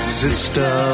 sister